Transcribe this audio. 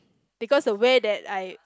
because the way that I